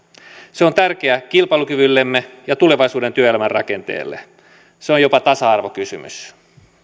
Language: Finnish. se on tärkeä kilpailukyvyllemme ja tulevaisuuden työelämän rakenteelle se on jopa tasa arvokysymys